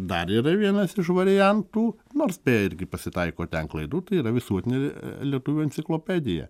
dar yra vienas iš variantų nors beje irgi pasitaiko ten klaidų tai yra visuotinė lietuvių enciklopedija